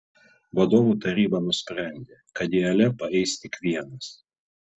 vadovų taryba nusprendė kad į alepą eis tik vienas